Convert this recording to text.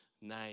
name